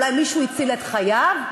אולי מישהו הציל את חייו?